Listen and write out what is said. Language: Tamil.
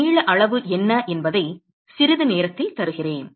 நீள அளவு என்ன என்பதை சிறிது நேரத்தில் தருகிறேன்